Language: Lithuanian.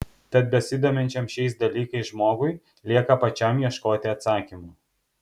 tad besidominčiam šiais dalykais žmogui lieka pačiam ieškoti atsakymų